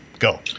Go